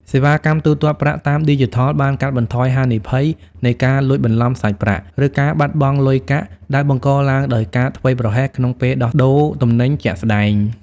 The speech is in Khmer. សេវាកម្មទូទាត់ប្រាក់តាមឌីជីថលបានកាត់បន្ថយហានិភ័យនៃការលួចបន្លំសាច់ប្រាក់ ឬការបាត់បង់លុយកាក់ដែលបង្កឡើងដោយការធ្វេសប្រហែសក្នុងពេលដោះដូរទំនិញជាក់ស្ដែង។